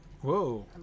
Whoa